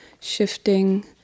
shifting